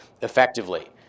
effectively